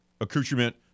accoutrement